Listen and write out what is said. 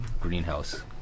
greenhouse